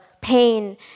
pain